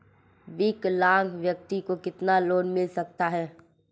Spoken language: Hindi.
विकलांग व्यक्ति को कितना लोंन मिल सकता है?